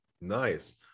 Nice